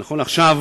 ונכון לעכשיו